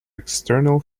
external